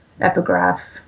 epigraph